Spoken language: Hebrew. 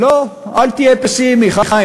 לא, אל תהיה פסימי, חיים.